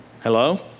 Hello